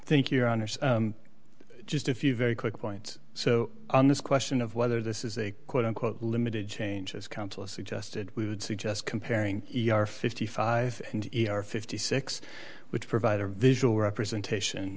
i think you're on her just a few very quick points so on this question of whether this is a quote unquote limited change as counsel suggested we would suggest comparing your fifty five and fifty six which provide a visual representation